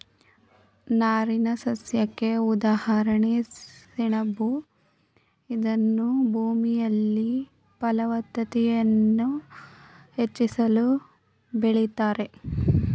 ನಾರಿನಸಸ್ಯಕ್ಕೆ ಉದಾಹರಣೆ ಸೆಣಬು ಇದನ್ನೂ ಭೂಮಿಯಲ್ಲಿ ಫಲವತ್ತತೆಯನ್ನು ಹೆಚ್ಚಿಸಲು ಬೆಳಿತಾರೆ